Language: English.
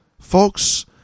Folks